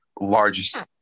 largest